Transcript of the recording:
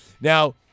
Now